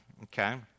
Okay